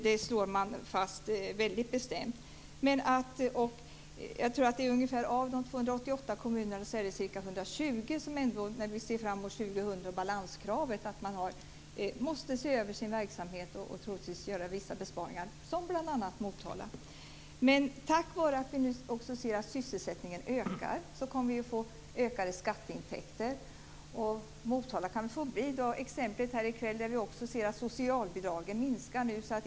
Det slår man fast väldigt bestämt. Jag tror att det av de 288 kommunerna är ca 120 som inför balanskravet år 2000 måste se över sin verksamhet och troligtvis göra vissa besparingar, t.ex. Motala. Men tack vare att sysselsättningen nu som vi ser ökar kommer vi att få ökade skatteintäkter. I Motala, som väl kan få bli exemplet här i kväll, ser vi också att socialbidragen minskar.